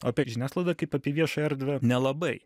apie žiniasklaidą kaip apie viešąją erdvę nelabai